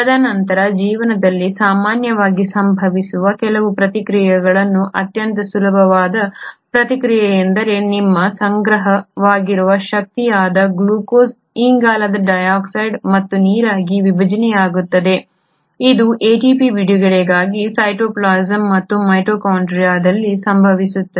ತದನಂತರ ಜೀವನದಲ್ಲಿ ಸಾಮಾನ್ಯವಾಗಿ ಸಂಭವಿಸುವ ಕೆಲವು ಪ್ರತಿಕ್ರಿಯೆಗಳು ಅತ್ಯಂತ ಸುಲಭವಾದ ಪ್ರತಿಕ್ರಿಯೆಯೆಂದರೆ ನಿಮ್ಮ ಸಂಗ್ರಹವಾಗಿರುವ ಶಕ್ತಿಯಾದ ಗ್ಲೂಕೋಸ್ ಇಂಗಾಲದ ಡೈಆಕ್ಸೈಡ್ ಮತ್ತು ನೀರಾಗಿ ವಿಭಜನೆಯಾಗುತ್ತದೆ ಇದು ATP ಬಿಡುಗಡೆಗಾಗಿ ಸೈಟೋಪ್ಲಾಸಂ ಮತ್ತು ಮೈಟೊಕಾಂಡ್ರಿಯಾದಲ್ಲಿ ಸಂಭವಿಸುತ್ತದೆ